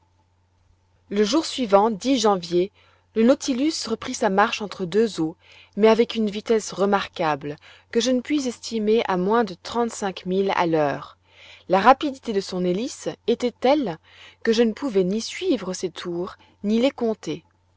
le jour suivant janvier le nautilus reprit sa marche entre deux eaux mais avec une vitesse remarquable que je ne puis estimer à moins de trente-cinq milles à l'heure la rapidité de son hélice était telle que je ne pouvais ni suivre ses tours ni les compter